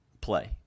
play